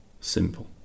Simple